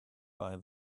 buy